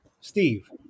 Steve